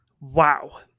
Wow